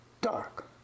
dark